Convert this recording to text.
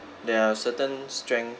there are certain strength